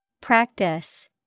Practice